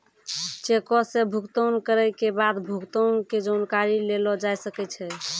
चेको से भुगतान करै के बाद भुगतान के जानकारी लेलो जाय सकै छै